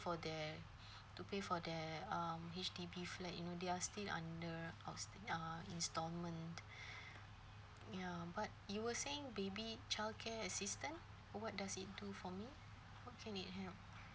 for their to pay for their um H_D_B flat you know they're still under outst~ uh installment ya but you were saying baby childcare assistance what does it do for me how can it help